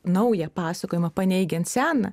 naują pasakojimą paneigiant seną